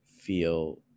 feel